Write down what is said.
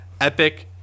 epic